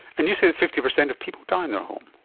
and you say that fifty percent of people die in their home.